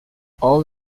all